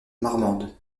marmande